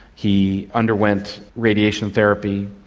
he underwent radiation therapy.